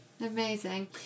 Amazing